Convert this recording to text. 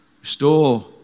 restore